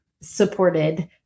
supported